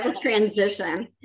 transition